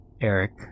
Eric